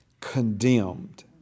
condemned